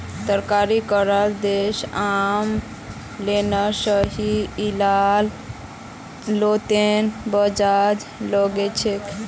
तरक्की कराल देश आम लोनेर हिसा इला लोनतों ब्याज लगाछेक